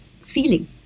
feeling